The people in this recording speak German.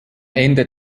ende